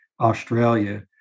Australia